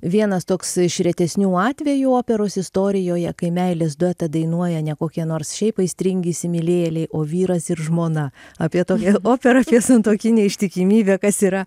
vienas toks iš retesnių atvejų operos istorijoje kai meilės duetą dainuoja ne kokie nors šiaip aistringi įsimylėjėliai o vyras ir žmona apie tokią operą apie santuokinę ištikimybę kas yra